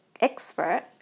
expert